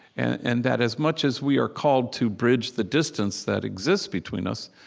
and that as much as we are called to bridge the distance that exists between us,